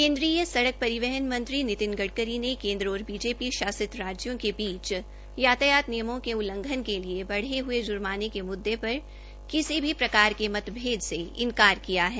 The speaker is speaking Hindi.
केन्द्रीय सड़क परिवहन मंत्री नितिन गडकरी ने केन्द्र और बीजेपी शासितों राज्यों के बीच यातायात नियमों के उल्लंघन के लिए बढे हए जुर्माने के मुद्दे पर किसी भी प्रकार के मतभेद से इंकार किया है